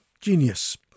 genius